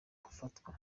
gufatwa